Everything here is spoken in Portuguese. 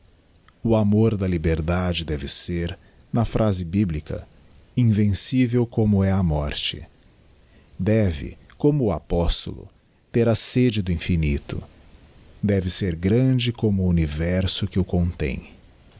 o amor da liberdade deve ser na phrase biblica invencível como é a morte deve como o apostolo ter a sede do infinito deve ser grande como o universo que o contem